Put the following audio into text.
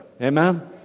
Amen